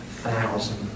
Thousand